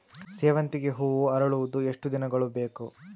ಸೇವಂತಿಗೆ ಹೂವು ಅರಳುವುದು ಎಷ್ಟು ದಿನಗಳು ಬೇಕು?